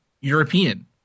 European